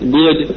good